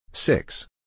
Six